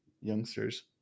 youngsters